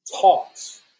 talks